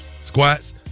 Squats